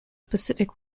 pacific